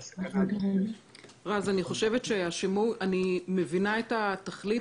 רז, אני מבינה את התכלית.